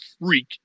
freak